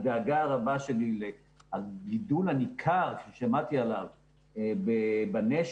הדאגה הרבה שלי לגידול הניכר ששמעתי עליו בנשר,